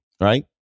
right